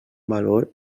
valor